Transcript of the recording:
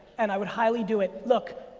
and i would highly do it. look,